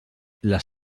les